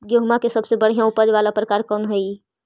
गेंहूम के सबसे बढ़िया उपज वाला प्रकार कौन हई?